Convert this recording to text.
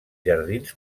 jardins